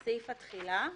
סעיף התחילה.